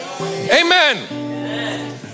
Amen